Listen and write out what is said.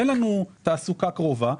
ואין לנו תעסוקה קרובה.